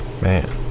man